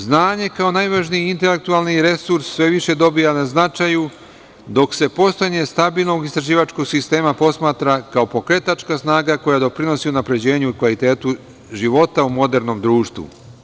Znanje kao najvažniji intelektualni resurs sve više dobija na značaju, dok se postojanje stabilnog istraživačkog sistema posmatra kao pokretačka snaga koja doprinosi unapređenju, kvalitetu života u modernom društvu.